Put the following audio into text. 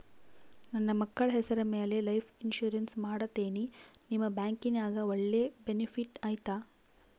ನನ್ನ ಮಕ್ಕಳ ಹೆಸರ ಮ್ಯಾಲೆ ಲೈಫ್ ಇನ್ಸೂರೆನ್ಸ್ ಮಾಡತೇನಿ ನಿಮ್ಮ ಬ್ಯಾಂಕಿನ್ಯಾಗ ಒಳ್ಳೆ ಬೆನಿಫಿಟ್ ಐತಾ?